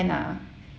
ah